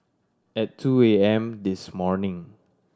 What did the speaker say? at two A M this morning